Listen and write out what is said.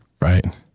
right